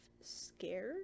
scared